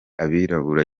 abirabura